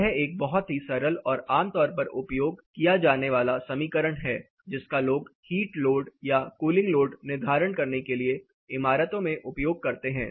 यह एक बहुत ही सरल और आमतौर पर उपयोग किया जाने वाला समीकरण है जिसका लोग हीट लोड या कूलिंग लोड निर्धारण के लिए इमारतों में उपयोग करते है